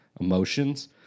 emotions